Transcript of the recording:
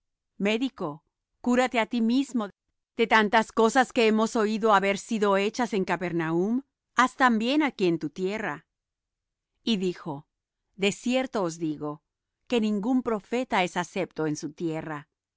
médico cúrate á ti mismo de tantas cosas que hemos oído haber sido hechas en capernaum haz también aquí en tu tierra y dijo de cierto os digo que ningún profeta es acepto en su tierra